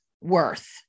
worth